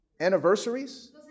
anniversaries